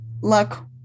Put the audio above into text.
luck